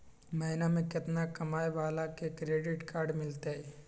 महीना में केतना कमाय वाला के क्रेडिट कार्ड मिलतै?